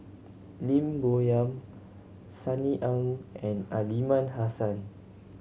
Lim Bo Yam Sunny Ang and Aliman Hassan